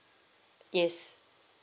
yes